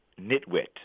nitwit